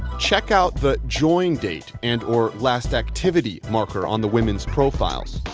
check out the join date and or last activity marker on the women's profiles.